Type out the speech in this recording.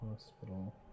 Hospital